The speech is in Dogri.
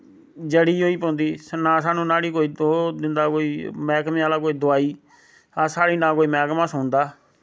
जड़ी होई पौंदी ना साह्नी न्हाड़ी कोई ओह् दिंदा कोई मैह्कमे आह्ला कोई दवाई साढ़ी ना कोई मैह्कमां सुनदा